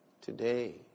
Today